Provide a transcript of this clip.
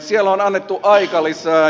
siellä on annettu aikalisää